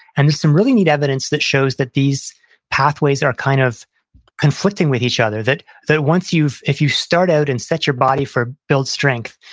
and there's some really neat evidence that shows that these pathways are kind of conflicting with each other, that that once you, if you start out and set your body for build strength,